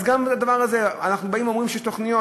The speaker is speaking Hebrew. אז גם לדבר הזה, אנחנו באים ואומרים שיש תוכניות.